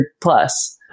plus